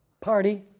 party